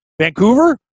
Vancouver